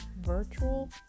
virtual